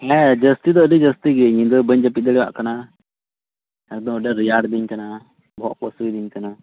ᱦᱮᱸ ᱡᱟᱹᱥᱛᱤ ᱫᱚ ᱟᱹᱰᱤ ᱡᱟᱹᱥᱛᱤ ᱜᱮ ᱧᱤᱫᱟᱹ ᱵᱟᱹᱧ ᱡᱟᱯᱤᱫ ᱫᱟᱲᱮᱭᱟᱜ ᱠᱟᱱᱟ ᱟᱫᱚ ᱟᱹᱰᱤ ᱟᱸᱴ ᱨᱮᱭᱟᱲ ᱤᱫᱤᱧ ᱠᱟᱱᱟ ᱵᱚᱦᱚᱜ ᱠᱚ ᱦᱟᱥᱩᱭᱤᱫᱤᱧ ᱠᱟᱱᱟ